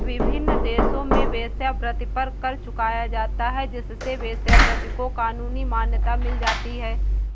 विभिन्न देशों में वेश्यावृत्ति पर कर चुकाया जाता है जिससे वेश्यावृत्ति को कानूनी मान्यता मिल जाती है